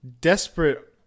desperate